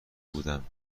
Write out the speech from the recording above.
بودم